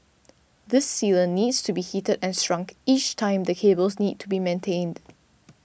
this sealant needs to be heated and shrunk each time the cables need to be maintained